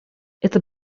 это